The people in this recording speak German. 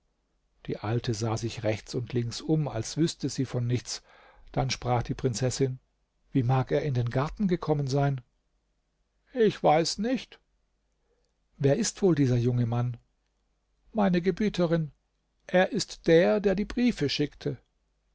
die alte sah sich rechts und links um als wüßte sie von nichts dann sprach die prinzessin wie mag er in den garten gekommen sein ich weiß nicht wer ist wohl dieser junge mann meine gebieterin er ist der der die briefe schickte